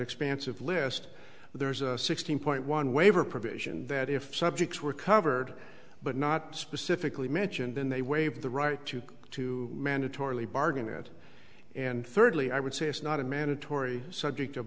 expansive list there's a sixteen point one waiver provision that if subjects were covered but not specifically mentioned then they waive the right to go to mandatorily bargain it and thirdly i would say it's not a mandatory subject